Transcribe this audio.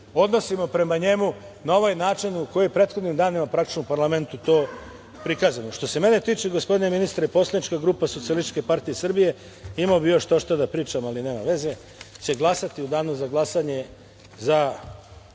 odnosimo prema njemu na ovaj način koji je u prethodnim danima praktično u parlamentu prikazano. Što se mene tiče, gospodine ministre, poslanička grupa Socijalističke partije Srbije, imao bih još štošta da pričam, ali nema veze, će glasati u danu za glasanje za